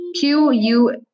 QU